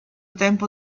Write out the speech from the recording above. tempo